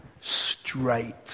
straight